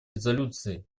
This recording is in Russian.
резолюции